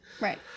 Right